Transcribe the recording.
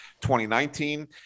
2019